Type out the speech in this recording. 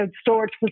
storage